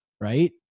right